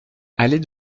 allée